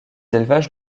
élevages